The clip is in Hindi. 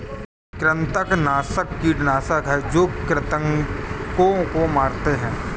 कृंतकनाशक कीटनाशक हैं जो कृन्तकों को मारते हैं